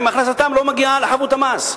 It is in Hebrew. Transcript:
אם הכנסתן לא מגיעה לחבות המס?